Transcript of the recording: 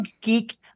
geek